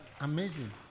Amazing